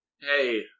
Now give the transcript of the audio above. hey